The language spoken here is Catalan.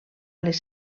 les